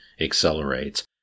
accelerates